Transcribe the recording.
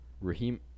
Raheem